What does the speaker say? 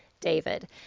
David